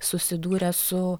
susidūrę su